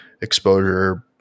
exposure